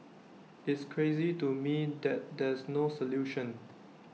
it's crazy to me that there's no solution